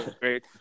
great